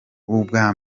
ubwa